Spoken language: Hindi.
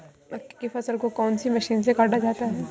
मक्के की फसल को कौन सी मशीन से काटा जाता है?